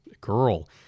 girl